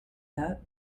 that